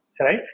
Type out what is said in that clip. right